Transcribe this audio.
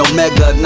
Omega